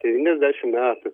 devyniasdešim metų